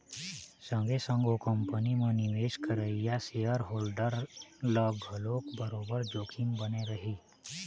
संगे संग ओ कंपनी म निवेश करइया सेयर होल्डर ल घलोक बरोबर जोखिम बने रही